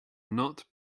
not